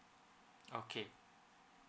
okay